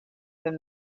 than